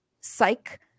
psych